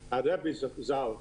במצוותנו של הרבי ז"ל.